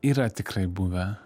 yra tikrai buvę